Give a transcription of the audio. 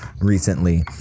recently